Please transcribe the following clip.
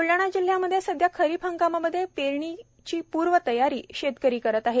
बुलडाणा जिल्हयामध्ये सध्या खरीप हंगामातील पेरणीची पूर्व तयारी शेतकरी करीत आहेत